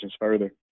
further